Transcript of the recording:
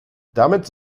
damit